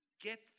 get